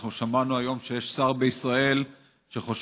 אנחנו שמענו היום שיש שר בישראל שחושב